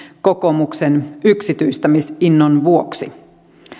kokoomuksen yksityistämisinnon vuoksi